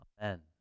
Amen